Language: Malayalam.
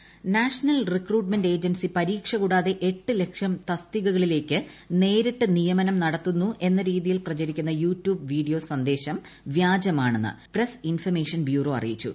വ്യാജ വാർത്ത നാഷണൽ റിക്രൂട്ട്മെന്റ് ഏജൻസി പരീക്ഷ കൂടാതെ എട്ട് ലക്ഷം തസ്തികകളിലേക്ക് നേരിട്ട് നിയമനം നടത്തുന്നുവെന്ന രീതിയിൽ പ്രചരിപ്പിക്കുന്ന യൂട്യൂബ് വീഡിയോ സന്ദേശം വ്യാജമാണെന്ന് പ്രസ് ഇൻഫർമേഷൻ ബ്യൂറോ അറിയിച്ചു